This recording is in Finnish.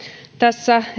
tässä